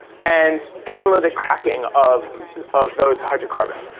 and, catalytic cracking of of those hydrocarbons.